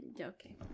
Okay